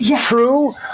true